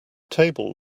table